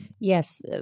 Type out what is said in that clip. Yes